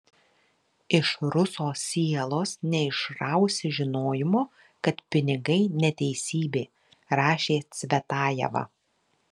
iš ruso sielos neišrausi žinojimo kad pinigai neteisybė rašė cvetajeva